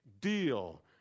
deal